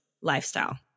lifestyle